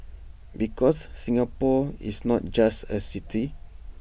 because Singapore is not just A city